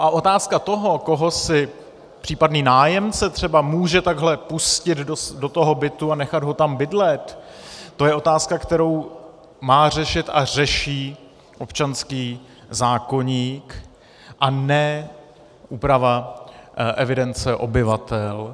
A otázka toho, koho si případný nájemce třeba může takhle pustit do toho bytu a nechat ho tam bydlet, to je otázka, kterou má řešit a řeší občanský zákoník a ne úprava evidence obyvatel.